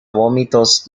vómitos